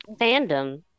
Fandom